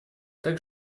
так